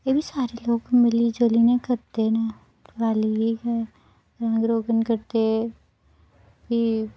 एह्बी सारे लोक मिली जुलियै करदे न और रौह्ङन करदे प्ही